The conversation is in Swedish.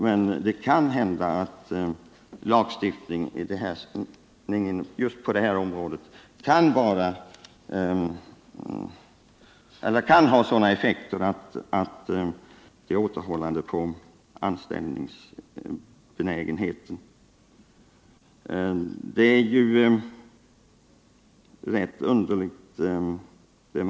Många tecken tyder tvärtom på att lagstiftningen i fråga kan ha den effekten att den verkar återhållande på benägenheten att anställa folk.